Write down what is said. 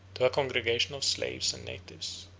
to a congregation of slaves and natives.